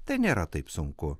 tai nėra taip sunku